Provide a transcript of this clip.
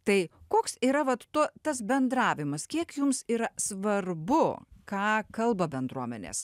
tai koks yra vat tuo tas bendravimas kiek jums yra svarbu ką kalba bendruomenės